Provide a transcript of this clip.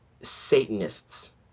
Satanists